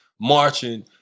marching